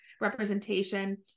representation